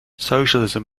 socialism